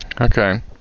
Okay